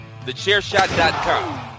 Thechairshot.com